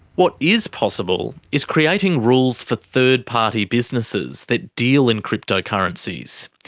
what is possible is creating rules for third party businesses that deal in cryptocurrencies.